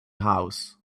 house